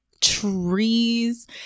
trees